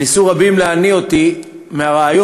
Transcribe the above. ורבים ניסו להניא אותי מהרעיון,